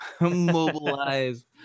Mobilize